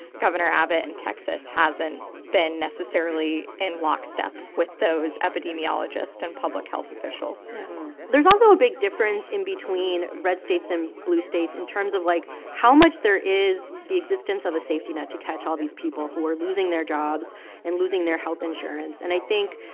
governor abbott in texas hasn't been necessarily in lockstep with those epidemiologists and public health officials there's also a big difference in between red states and blue states in terms of, like, how much there is the existence of a safety net to catch all these people who are losing their jobs and losing their health insurance. and i think,